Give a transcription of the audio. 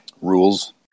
rules